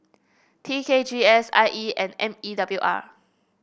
T K G S I E and M E W R